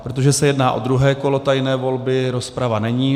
Protože se jedná o druhé kolo tajné volby, rozprava není.